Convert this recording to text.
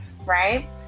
right